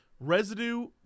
residue